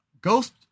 ghost